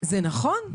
זה נכון?